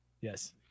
Yes